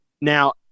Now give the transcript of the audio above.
now